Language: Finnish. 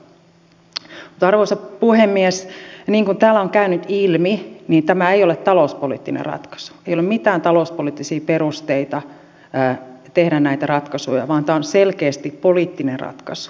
mutta arvoisa puhemies niin kuin täällä on käynyt ilmi tämä ei ole talouspoliittinen ratkaisu ei ole mitään talouspoliittisia perusteita tehdä näitä ratkaisuja vaan tämä on selkeästi poliittinen ratkaisu